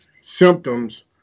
symptoms